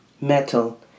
Metal